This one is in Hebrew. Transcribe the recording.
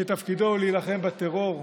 שתפקידו להילחם בטרור,